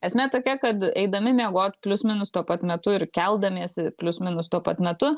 esmė tokia kad eidami miegot plius minus tuo pat metu ir keldamiesi plius minus tuo pat metu